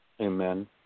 Amen